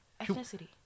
ethnicity